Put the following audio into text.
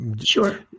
Sure